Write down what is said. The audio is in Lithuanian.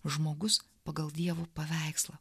žmogus pagal dievo paveikslą